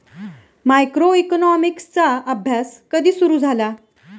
मायक्रोइकॉनॉमिक्सचा अभ्यास कधी सुरु झाला?